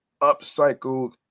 upcycled